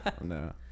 No